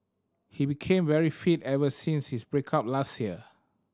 he became very fit ever since his break up last year